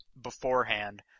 beforehand